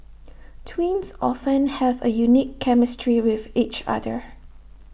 twins often have A unique chemistry with each other